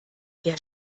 der